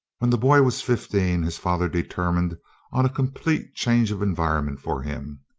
when the boy was fifteen, his father determined on a complete change of environment for him.